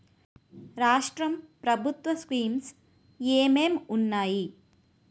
రాష్ట్రం ప్రభుత్వ స్కీమ్స్ ఎం ఎం ఉన్నాయి?